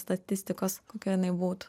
statistikos kokia jinai būtų